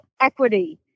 equity